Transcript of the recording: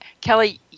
Kelly